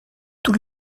tous